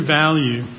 value